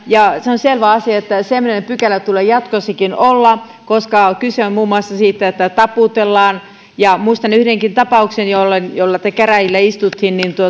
ja se on selvä asia että semmoinen pykälä tulee jatkossakin olla koska kyse on muun muassa siitä että taputellaan muistan yhdenkin tapauksen että kun käräjillä istuttiin niin